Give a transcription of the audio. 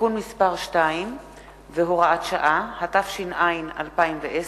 (תיקון מס' 2 והוראת שעה), התש"ע 2010,